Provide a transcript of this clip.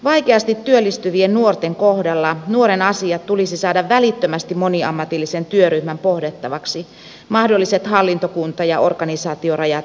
vaikeasti työllistyvien nuorten kohdalla nuoren asiat tulisi saada välittömästi moniammatillisen työryhmän pohdittavaksi mahdolliset hallinto kunta ja organisaatiorajat ylittäen